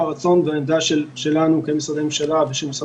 הרצון והעמדה שלנו כמשרדי ממשלה וכמשרד